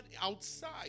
outside